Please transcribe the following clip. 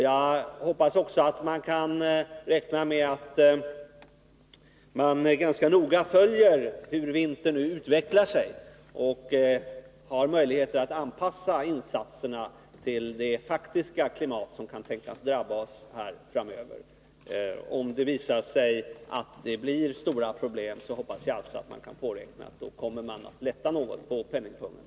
Jag hoppas också att vi kan räkna med att man noga följer hur vintern utvecklar sig och har möjlighet att anpassa insatserna till det faktiska klimat som drabbar oss framöver. Om det visar sig bli stora problem hoppas jag alltså att vi kan påräkna att man kommer att lätta något på penningpungen.